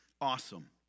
Awesome